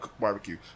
barbecue